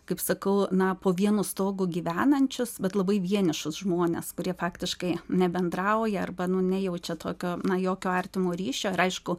kaip sakau na po vienu stogu gyvenančius bet labai vienišus žmones kurie faktiškai nebendrauja arba nejaučia tokio na jokio artimo ryšio ir aišku